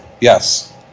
Yes